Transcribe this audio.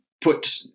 put